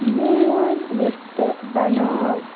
میون لِسٹہٕ بناو